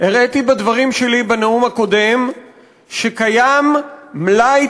הראיתי בדברים שלי בנאום הקודם שקיים מלאי